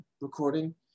recording